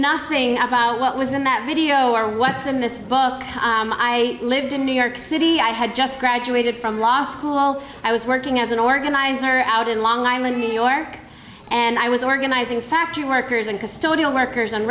nothing about what was in that video or what's in this book i lived in new york city i had just graduated from law school while i was working as an organizer out in long island new york and i was organizing factory workers and custodial workers